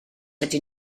ydyn